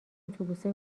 اتوبوسه